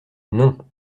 non